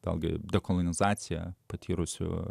vėl gi dekolonizaciją patyrusių